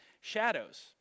shadows